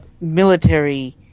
military